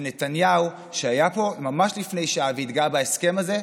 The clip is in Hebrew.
ונתניהו, שהיה ממש לפני שעה והתגאה בהסכם הזה,